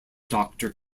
doctor